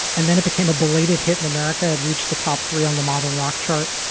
and then it became a belated hit in america, had reached the top three on the modern rock chart.